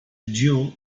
dual